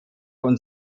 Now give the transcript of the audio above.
und